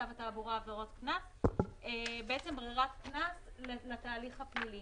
צו התעבורה (עבירות קנס) בעצם ברירת קנס לתהליך הפלילי.